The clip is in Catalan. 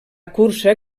cursa